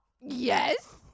yes